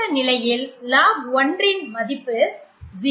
இந்த நிலையில் log 1 இன் மதிப்பு 0